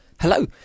Hello